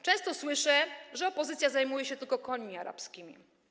Często słyszę, że opozycja zajmuje się tylko końmi arabskimi.